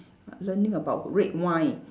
uh learning about red wine